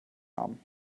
namen